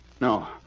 No